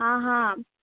હા હા